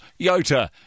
Yota